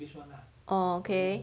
orh okay